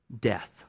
death